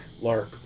Lark